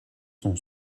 son